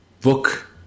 book